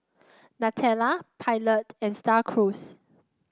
Nutella Pilot and Star Cruise